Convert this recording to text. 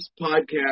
podcast